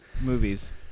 movies